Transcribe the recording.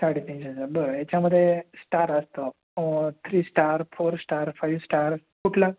साडे तीनशेचा बरं ह्याच्यामध्ये स्टार असतो three star four star five star कुठला